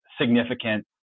significant